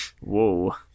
Whoa